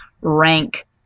rank